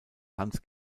hans